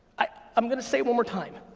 i'm gonna say it one more time.